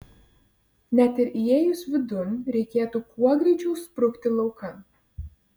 net ir įėjus vidun reikėtų kuo greičiau sprukti laukan